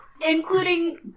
Including